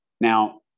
Now